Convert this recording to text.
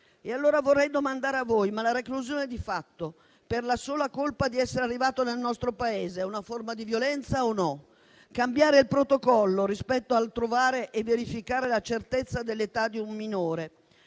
Vorrei quindi domandare a voi se la reclusione, di fatto per la sola colpa di essere arrivato nel nostro Paese, è una forma di violenza; se cambiare il protocollo rispetto al trovare e verificare la certezza dell'età di un minore